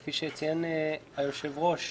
כפי שציין היושב-ראש,